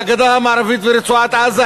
בגדה המערבית ורצועת-עזה,